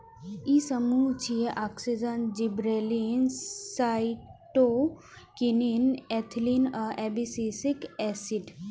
ई समूह छियै, auxin, gibberellin, cytokinin, ethylene आ एब्सिसिक एसिड